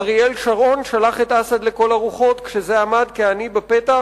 אריאל שרון שלח את אסד לכל הרוחות כשזה עמד כעני בפתח